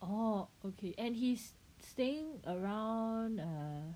oh okay and he's staying around err